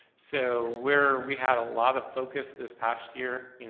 so where we had a lot of focus this past year,